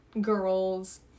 girls